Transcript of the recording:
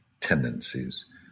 tendencies